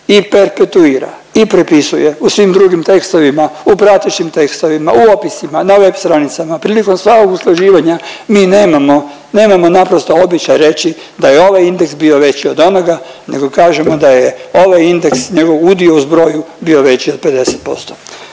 i perpreturira i prepisuje u svim drugim tekstovima, u pratećim tekstovima, u opisima, na web stranicama, prilikom svakog usklađivanja mi nemamo, nemamo naprosto običaj reći da je ovaj indeks bio veći od onoga, nego kažemo da je ovaj indeks njegov udio u zbroju bio veći od 50%.